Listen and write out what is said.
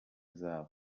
zabo